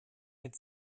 mit